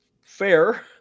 fair